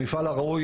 המפעל הראוי,